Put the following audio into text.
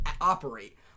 operate